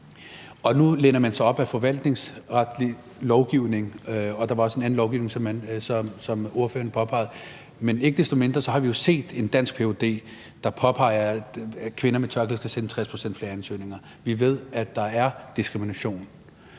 og nu læner man sig op ad forvaltningsretlig lovgivning, og der var også en anden lovgivning, som ordføreren påpegede. Men ikke desto mindre har vi jo set en dansk ph.d., der påpeger, at kvinder med tørklæde skal sende 60 pct. flere ansøgninger. Vi ved, at der er diskrimination.